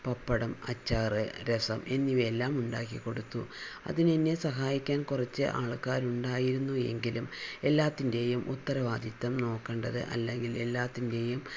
പപ്പടം അച്ചാർ രസം എന്നിവയെല്ലാം ഉണ്ടാക്കി കൊടുത്തു അതിനെന്നെ സഹായിക്കാൻ കുറച്ച് ആൾക്കാർ ഉണ്ടായിരുന്നു എങ്കിലും എല്ലാത്തിൻ്റെയും ഉത്തരവാദിത്വം നോക്കേണ്ടത് അല്ലെങ്കിൽ എല്ലാത്തിൻ്റെയും